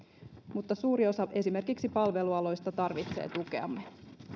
mutta suuri osa esimerkiksi palvelualoista tarvitsee tukeamme